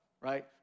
right